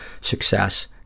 success